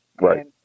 Right